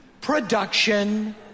production